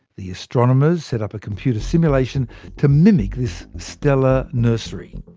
the astronomers set up a computer simulation to mimic this stellar nursery.